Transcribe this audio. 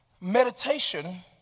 meditation